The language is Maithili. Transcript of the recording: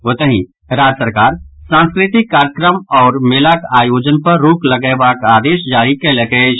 ओतहि राज्य सरकार सांस्कृतिक कार्यक्रम आओर मेलाक आयोजन पर रोक लगयबाक आदेश जारी कयलक अछि